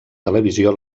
televisió